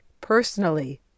personally